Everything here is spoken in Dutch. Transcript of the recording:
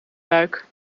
buik